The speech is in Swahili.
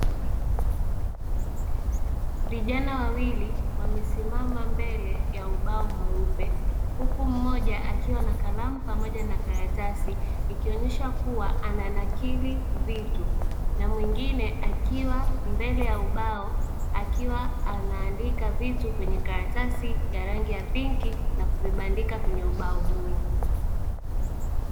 Vijana wawili wamesimama mbele ya ubao mweupe. Huku mmoja akiwa na kalamu pamoja na karatasi ikionyesha kuwa ananakili vitu, na mwingine akiwa mbele ya ubao akiwa anaandika vitu kwenye karatasi ya rangi ya pinki na kuvibandika kwenye ubao huo.